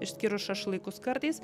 išskyrus šašlykus kartais